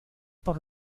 por